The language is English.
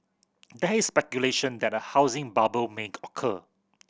there is speculation that a housing bubble may occur